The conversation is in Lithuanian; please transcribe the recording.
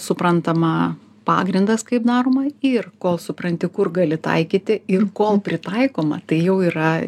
suprantama pagrindas kaip daroma ir kol supranti kur gali taikyti ir kol pritaikoma tai jau yra